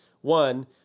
one